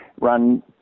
run